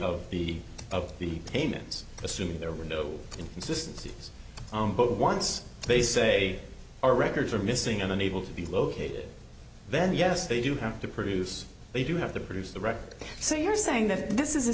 of the of the payments assuming there were no inconsistency but once they say our records are missing and unable to be located then yes they do have to produce they do have to produce the record so you're saying that this is